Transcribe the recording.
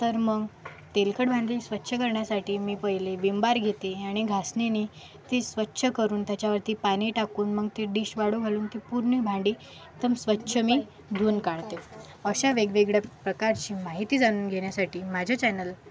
तर मग तेलकट भांडे स्वच्छ करण्यासाठी मी पहिले विम बार घेते आणि घासणीनी ती स्वच्छ करून त्याच्यावरती पाणी टाकून मग ती डिश वाळू घालून ती पूर्ण भांडी एकदम स्वच्छ मी धुवून काढते अशा वेगवेगळ्या प्रकारची माहिती जाणून घेण्यासाठी माझ्या चॅनल